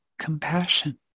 compassion